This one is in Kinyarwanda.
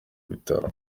bitaro